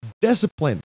Discipline